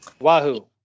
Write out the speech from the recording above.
Wahoo